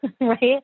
right